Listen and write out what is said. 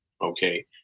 okay